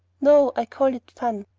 no i call it fun.